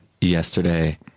yesterday